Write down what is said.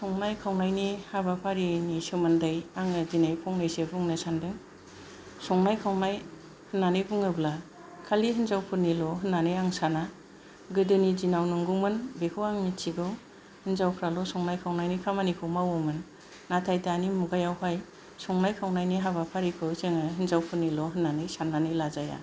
संनाय खावनायनि हाबाफारिनि सोमोन्दै आङो दिनै फंनैसो बुंनो सानदों संनाय खावनाय होननानै बुङोब्ला खालि हिनजावफोरनिल' होननानै आं साना गोदोनि दिनाव नंगौमोन बेखौ आङो मिथिगौ हिनजावफोराल' संनाय खावनायनि खामानिखौ मावोमोन नाथाय दानि मुगायावहाय संनाय खावनायनि हाबाफारिखौ जोङो हिनजावफोरनिल' होननानै साननानै लाजाया